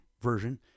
version